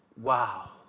wow